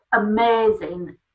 amazing